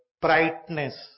brightness